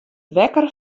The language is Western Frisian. wekker